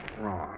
wrong